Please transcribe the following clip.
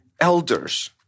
elders